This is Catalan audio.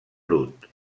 brut